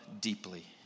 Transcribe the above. deeply